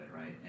right